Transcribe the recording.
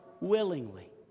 willingly